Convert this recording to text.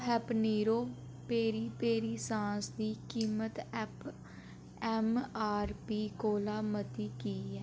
habanero peri peri sauce दी कीमत MRP कोला मती की ऐ